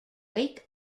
wake